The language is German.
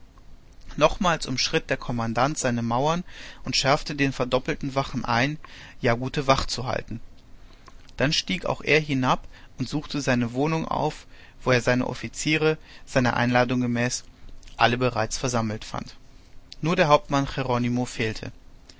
noch mal umschritt der kommandant seine mauern und schärfte den verdoppelten wachen ein ja gute wacht zu halten dann stieg auch er hinab und suchte seine wohnung auf wo er seine offiziere seiner einladung gemäß alle bereits versammelt fand nur der hauptmann jeronimo fehlte